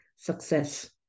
success